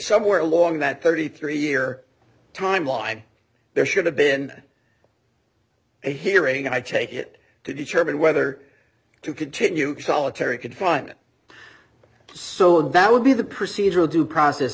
somewhere along that thirty three year timeline there should have been a hearing and i take it to determine whether to continue solitary confinement so that would be the procedural due process